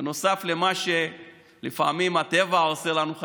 נוסף למה שלפעמים הטבע עושה לנו,